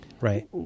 Right